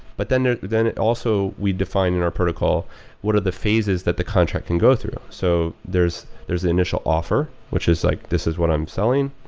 but then ah then also, we define in our protocol what are the phases that the contract can go through. so there is the initial offer, which is like this is what i'm selling.